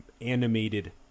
animated